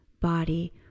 body